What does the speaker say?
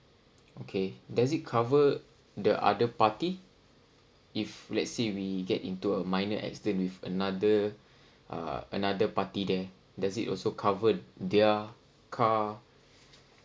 okay does it cover the other party if let's say we get into a minor accident with another uh another party there does it also covered their car